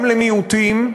גם למיעוטים,